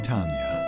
Tanya